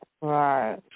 right